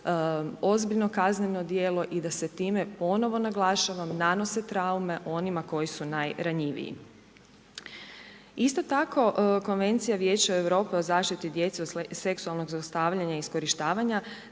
ozbiljno kazneno djelo i da se time, ponovo naglašavam, nanose traume onima koji su najranjiviji. Isto tako konvencija Vijeća Europe o zaštiti djece od seksualnog zlostavljanja i iskorištavanja